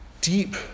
deep